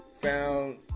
found